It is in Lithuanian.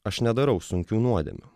aš nedarau sunkių nuodėmių